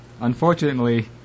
Unfortunately